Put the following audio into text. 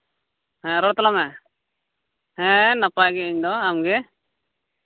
ᱦᱮᱸ ᱨᱚᱲ ᱛᱟᱞᱟᱝ ᱢᱮ ᱦᱮᱸ ᱱᱟᱯᱟᱭ ᱜᱤᱭᱟᱹᱧ ᱤᱧᱫᱚ ᱟᱢᱜᱮ